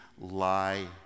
lie